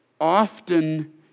often